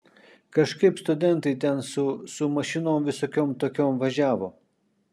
kažkaip studentai ten su su mašinom visokiom tokiom važiavo